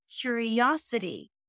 curiosity